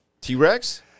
T-Rex